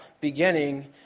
beginning